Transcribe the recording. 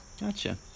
Gotcha